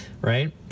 right